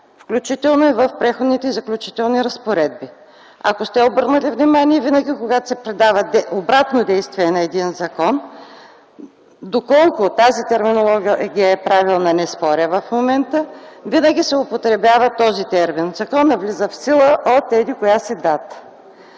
включително и в Преходните и заключителните разпоредби. Ако сте обърнали внимание, винаги, когато се предава обратно действие на един закон, доколко тази терминология е правилна, не споря в момента – винаги се употребява този термин: законът влиза в сила от еди-коя си дата.